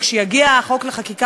וכשיגיע החוק לחקיקה,